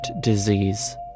disease